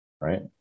right